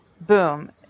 boom